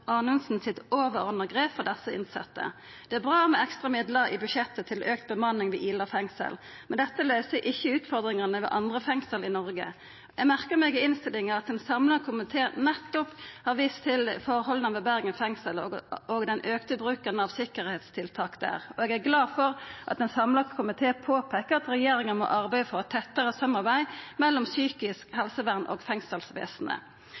Anundsen sitt overordna grep for desse innsette. Det er bra med ekstra midlar i budsjettet til auka bemanning ved Ila fengsel, men dette løyser ikkje utfordringane ved andre fengsel i Noreg. Eg merka meg i innstillinga at ein samla komité nettopp har vist til forholda ved Bergen fengsel og den auka bruken av sikkerheitstiltak der, og eg er glad for at ein samla komité påpeiker at regjeringa må arbeida for eit tettare samarbeid mellom psykisk helsevern og fengselsvesenet.